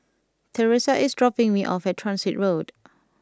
Thresa is dropping me off at Transit Road